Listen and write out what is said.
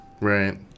Right